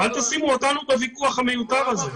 אל תשימו אותנו בוויכוח המיותר הזה.